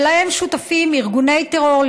להם שותפים ארגוני טרור,